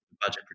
budget